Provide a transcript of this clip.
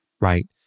right